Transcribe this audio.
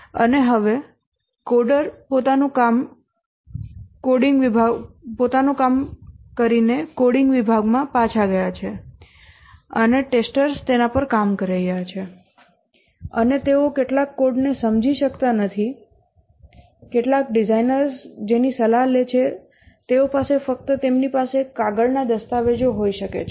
અને હવે કોડરોએ પોતાનું કામ કોડિંગ વિભાગમાં પાછા ગયા છે અને પરીક્ષકો તેના પર કામ કરી રહ્યા છે અને તેઓ કેટલાક કોડને સમજી શકતા નથી કેટલાક ડિઝાઇનર્સ જેની સલાહ લે છે તેઓ પાસે ફક્ત તેમની પાસે કાગળના દસ્તાવેજો હોઈ શકે છે